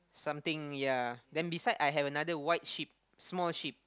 something yea then beside I have another white sheep small sheep